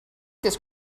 this